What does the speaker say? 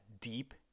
deep